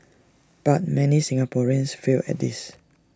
but many Singaporeans fail at this